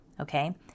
okay